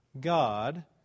God